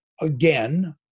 again